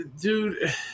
dude